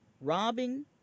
robbing